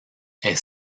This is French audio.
est